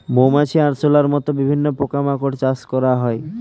মৌমাছি, আরশোলার মত বিভিন্ন পোকা মাকড় চাষ করা হয়